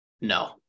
No